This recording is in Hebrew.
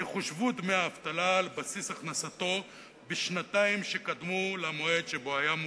יחושבו דמי האבטלה על בסיס הכנסתו בשנתיים שקדמו למועד שבו היה מובטל,